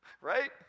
Right